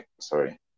sorry